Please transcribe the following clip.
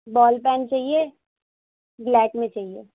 بال pen چاہیے black میں چاہیے